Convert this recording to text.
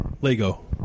Lego